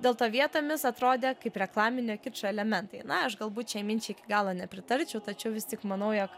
dėl to vietomis atrodė kaip reklaminio kičo elementai na aš galbūt šiai minčiai iki galo nepritarčiau tačiau vis tik manau jog